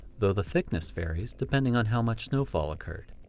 though the thickness varies depending on how much snowfall occurred.